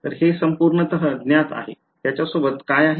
तर हे पूर्णतः ज्ञात आहे त्याच्या सोबत काय आहे